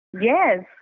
yes